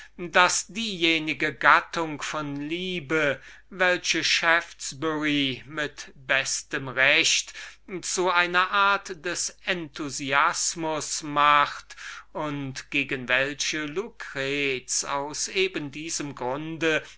daß diejenige gattung von liebe welche shaftesbury mit bestem recht zu einer art des enthusiasmus macht und gegen welche lucrez aus eben diesem grunde